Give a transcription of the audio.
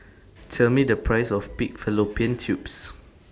Tell Me The Price of Pig Fallopian Tubes